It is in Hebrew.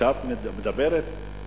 כשאת מדברת,